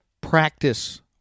practice